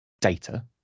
data